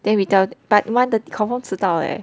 then we tell but one thirty confirm 迟到 eh